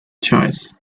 choice